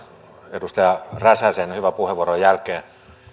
edustaja räsäsen hyvän puheenvuoron jälkeen